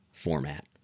format